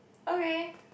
okay